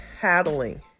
paddling